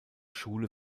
schule